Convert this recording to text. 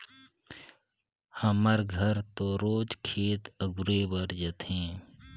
हमर घर तो रोज खेत अगुरे बर जाथे